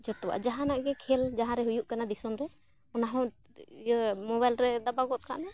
ᱡᱚᱛᱚᱣᱟᱜ ᱡᱟᱦᱟᱱᱟᱜ ᱜᱮ ᱠᱷᱮᱞ ᱡᱟᱦᱟᱸᱨᱮ ᱦᱩᱭᱩᱜ ᱠᱟᱱᱟ ᱫᱤᱥᱚᱢ ᱨᱮ ᱚᱱᱟᱦᱚᱸ ᱤᱭᱟᱹ ᱢᱳᱵᱟᱭᱤᱞ ᱨᱮ ᱫᱟᱵᱟᱣ ᱜᱚᱫ ᱠᱟᱜᱼᱢᱮ